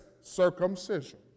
circumcision